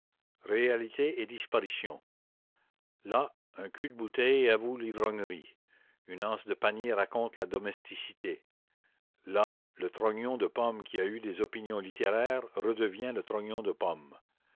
réalité et disparition là un cul de bouteille avoue l'ivrognerie une anse de panier raconte la domesticité là le trognon de pomme qui a eu des opinions littéraires redevient le trognon de pomme